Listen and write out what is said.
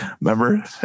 remember